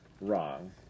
Wrong